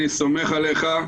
אני סומך עליך,